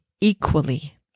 equally